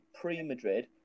pre-Madrid